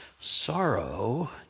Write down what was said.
Sorrow